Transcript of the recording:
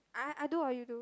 ah i do or you do